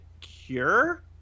cure